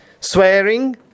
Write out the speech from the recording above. swearing